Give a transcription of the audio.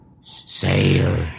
sail